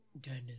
Dennis